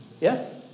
Yes